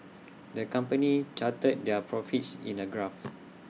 the company charted their profits in A graph